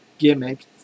gimmick